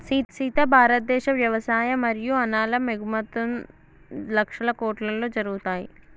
సీత భారతదేశ వ్యవసాయ మరియు అనాలం ఎగుమతుం లక్షల కోట్లలో జరుగుతాయి